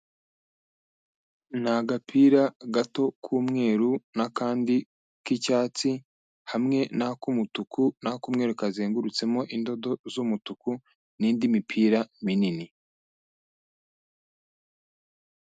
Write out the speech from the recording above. Ni agapira gato k'umweru n'akandi k'icyatsi, hamwe n'ak'umutuku n'akamweru kazengurutsemo indodo z'umutuku n'indi mipira minini.